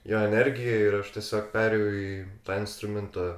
jo energija ir aš tiesiog perėjau į tą instrumentą